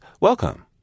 Welcome